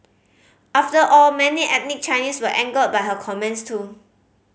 after all many ethnic Chinese were angered by her comments too